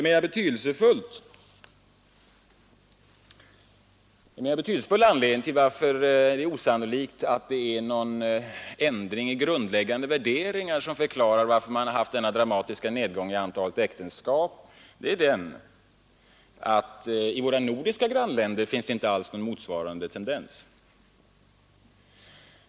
En andra och mera betydelsefull anledning till att det är osannolikt att det är någon ändring i grundläggande värderingar som förklarar denna dramatiska nedgång i antalet äktenskap är att i våra grannländer finns det inte alls någon motsvarande tendens.